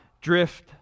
drift